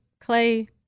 clay